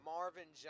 Marvin